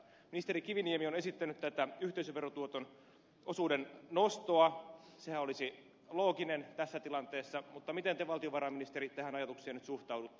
ministeri kiviniemi on esittänyt yhteisöverotuoton osuuden nostoa sehän olisi loogista tässä tilanteessa mutta miten te valtiovarainministeri tähän ajatukseen nyt suhtaudutte